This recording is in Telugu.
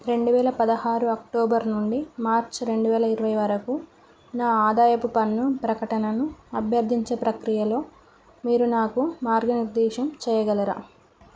రెండు వేల పదహారు అక్టోబర్ నుండి మార్చి రెండు వేల ఇరవై వరకు నా ఆదాయపు పన్ను ప్రకటనను అభ్యర్థించే ప్రక్రియలో మీరు నాకు మార్గనిర్దేశం చేయగలరా